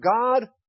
God